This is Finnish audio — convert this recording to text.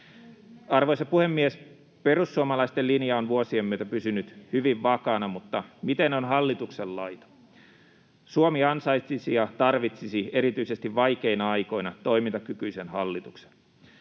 Arvoisa puhemies! Perussuomalaisten linja on vuosien myötä pysynyt hyvin vakaana, mutta miten on hallituksen laita? Suomi ansaitsisi ja tarvitsisi erityisesti vaikeina aikoina toimintakykyisen hallituksen.